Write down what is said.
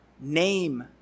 Name